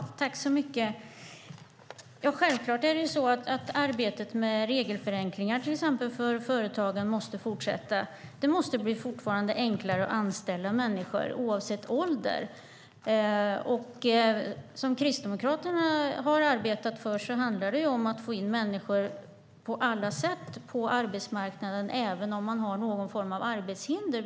Herr talman! Självklart måste arbetet till exempel med regelförenklingar för företagen fortsätta. Fortfarande gäller att det måste bli enklare att anställa människor, oavsett ålder. Det Kristdemokraterna arbetat för handlar om att på alla sätt få in människor på arbetsmarknaden - även människor som har någon form av arbetshinder.